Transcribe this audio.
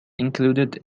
included